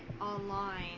online